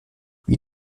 wie